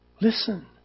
Listen